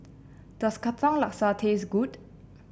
does Katong Laksa taste good